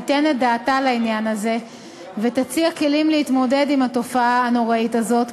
תיתן את דעתה לעניין הזה ותציע כלים להתמודד עם התופעה הנוראית הזאת.